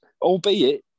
albeit